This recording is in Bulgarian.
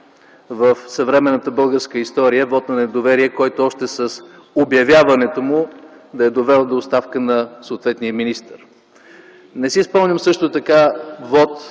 в съвременната българска история вот на недоверие, който още с обявяването му да е довел до оставка на съответния министър. Не си спомням също така вот,